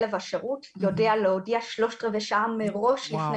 כלב השירות יודע להודיע שלושת-רבעי שעה מראש לפני